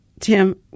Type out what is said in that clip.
Tim